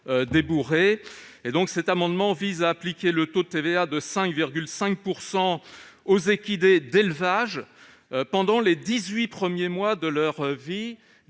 débourrés ? Cet amendement vise à appliquer le taux de TVA de 5,5 % aux équidés d'élevage pendant les dix-huit premiers mois de leur vie,